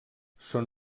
són